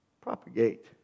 propagate